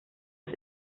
ist